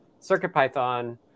CircuitPython